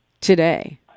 today